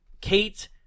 Kate